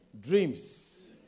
Dreams